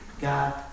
God